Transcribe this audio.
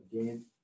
again